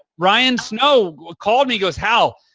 ryan snow called me. he goes, hal,